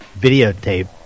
videotape